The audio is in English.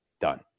done